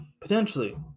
potentially